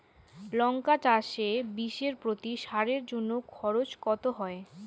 লঙ্কা চাষে বিষে প্রতি সারের জন্য খরচ কত হয়?